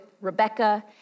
Rebecca